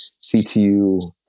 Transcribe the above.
CTU